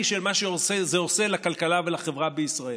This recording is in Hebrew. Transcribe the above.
של מה שזה עושה לכלכלה ולחברה בישראל.